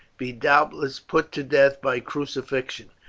be doubtless put to death by crucifixion.